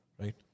right